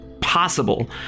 possible